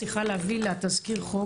בזמן תזכיר החוק